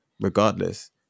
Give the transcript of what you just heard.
regardless